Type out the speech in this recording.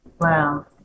Wow